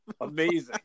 Amazing